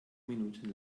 minuten